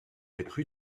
être